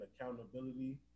accountability